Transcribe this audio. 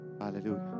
Hallelujah